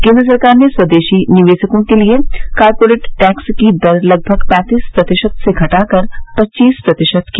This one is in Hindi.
केन्द्र सरकार ने स्वदेशी निवेशकों के लिए कॉरपोरेट टैक्स की दर लगभग पैंतिस प्रतिशत से घटाकर करीब पच्चीस प्रतिशत की